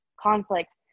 conflict